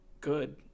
good